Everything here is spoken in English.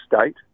state